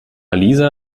lisa